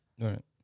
Right